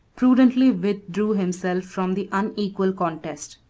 prudently withdrew himself from the unequal contest.